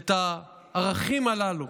את הערכים הללו